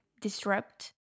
disrupt